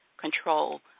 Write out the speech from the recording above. control